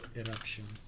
eruption